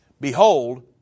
Behold